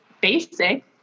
basic